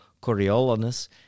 Coriolanus